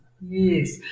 Yes